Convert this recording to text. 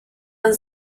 and